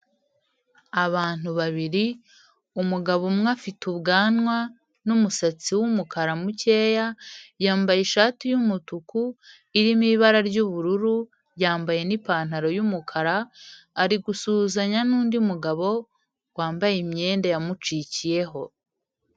Abantu babiri, umugabo umwe afite ubwanwa n'umusatsi w'umukara mukeya yambaye ishati y'umutuku irimo ibara ry'ubururu, yambaye n'ipantaro y'umukara ari gusuhuzanya n'undi mugabo wambaye imyenda yamucikiyeho.